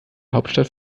hauptstadt